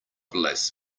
bless